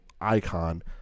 icon